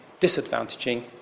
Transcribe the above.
disadvantaging